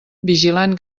vigilant